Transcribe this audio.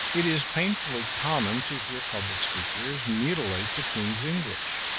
it is painfully common to hear public speakers mutilate the king's english.